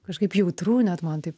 kažkaip jautru net man taip